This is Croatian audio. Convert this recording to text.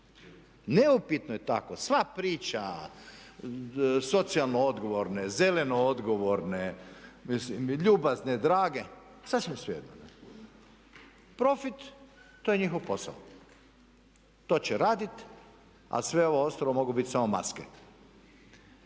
Neupitno je tako. Sva priča socijalno odgovorne, zeleno odgovorne, ljubazne, drage sasvim svejedno. Profit to je njihov posao. To će raditi, a sve ovo ostalo mogu biti samo maske.